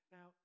Now